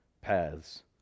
paths